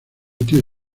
tío